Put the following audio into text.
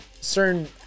certain